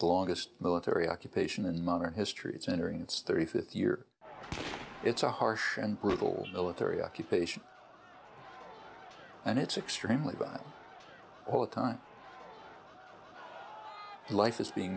longest military occupation in modern history it's entering its thirty fifth year it's a harsh and brutal military occupation and it's extremely bad all the time and life is being